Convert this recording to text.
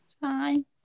Fine